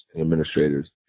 administrators